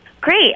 Great